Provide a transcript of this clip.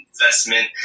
investment